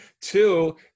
Two